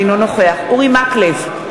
אינו נוכח אורי מקלב,